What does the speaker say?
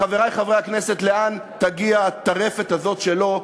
חברי חברי הכנסת, לאן תגיע הטרפת הזאת שלו,